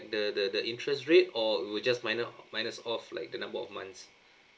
the the the interest rate or will just minus minus off like the number of months